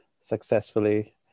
successfully